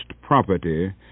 property